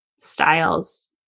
styles